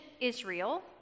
Israel